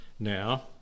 Now